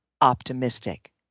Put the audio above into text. optimistic